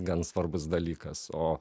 gan svarbus dalykas o